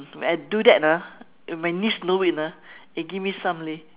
when I do that ah and my niece know it ah eh give me some leh